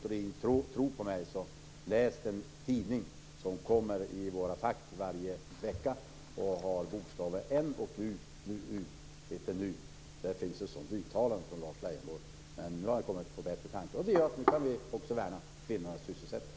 Om Lennart Rohdin inte tror mig, kan han läsa en tidning som varje vecka kommer i våra fack, Nu, som har partibeteckningen m. Där finns ett uttalande från Lars Leijonborg om att han har kommit på bättre tankar. Det gör att vi nu också kan värna om kvinnornas sysselsättning.